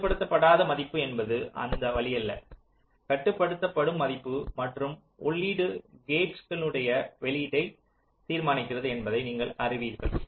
கட்டுப்படுத்தப்படாத மதிப்பு என்பது அந்த வழியல்ல கட்டுப்படுத்தப்படும் மதிப்பு மற்றும் உள்ளீடு கேட்ஸ் னுடைய வெளியீட்டை தீர்மானிக்கிறது என்பதை நீங்கள் அறிவீர்கள்